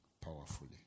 powerfully